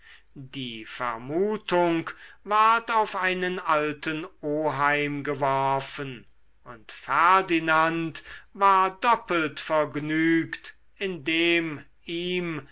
die vermutung ward auf einen alten oheim geworfen und ferdinand war doppelt vergnügt indem ihm